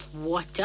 water